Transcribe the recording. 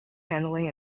handling